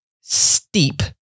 steep